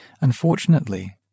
Unfortunately